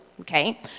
okay